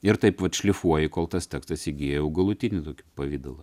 ir taip vat šlifuoji kol tas tekstas įgyja jau galutinį pavidalą